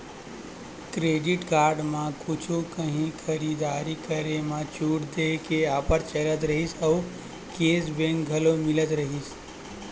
credit card म कुछु काही खरीददारी करे म छूट देय के ऑफर चलत रहिथे अउ केस बेंक घलो मिलत रहिथे